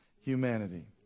humanity